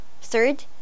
Third